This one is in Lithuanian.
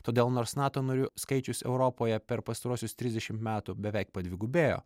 todėl nors nato narių skaičius europoje per pastaruosius trisdešimt metų beveik padvigubėjo